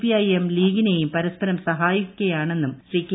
PI M ലീഗിനെയും പരസ്പരം സഹായിക്കുകയാണെന്നും ശ്രീ കെ